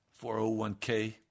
401k